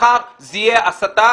מחר זה יהיה הסתה,